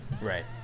right